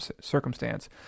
circumstance